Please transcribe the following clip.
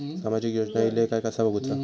सामाजिक योजना इले काय कसा बघुचा?